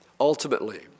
Ultimately